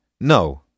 No